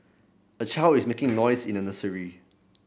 a child is making noise in a nursery